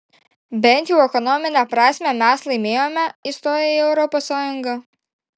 bent jau ekonomine prasme mes laimėjome įstoję į europos sąjungą